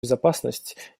безопасность